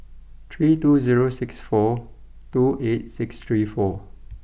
three two zero six four two eight six three four